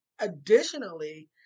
Additionally